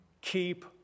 keep